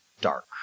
dark